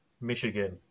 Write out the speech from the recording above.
Michigan